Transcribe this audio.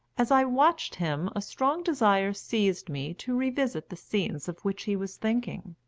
as i watched him a strong desire seized me to revisit the scenes of which he was thinking,